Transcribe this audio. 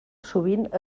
sovint